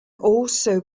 also